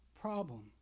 problem